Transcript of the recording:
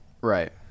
Right